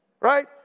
right